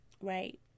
right